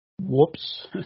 Whoops